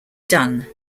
done